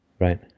Right